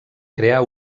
crear